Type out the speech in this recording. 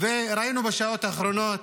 ראינו בשעות האחרונות